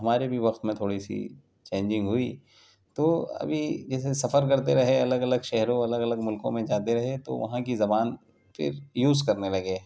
ہمارے بھی وقت میں تھوڑی سی چینجنگ ہوئی تو ابھی جیسے سفر کرتے رہے الگ الگ شہروں اور الگ الگ ملکوں میں جاتے رہے تو وہاں کی زبان پھر یوز کرنے لگے